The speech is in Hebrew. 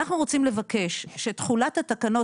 אנחנו רוצים לבקש שתחולת התקנות,